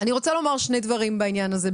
אני רוצה לומר שני דברים בעניין הזה,